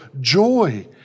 joy